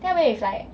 then I went with like